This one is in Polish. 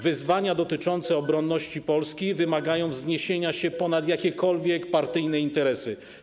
Wyzwania dotyczące obronności Polski wymagają wzniesienia się ponad jakiekolwiek partyjne interesy.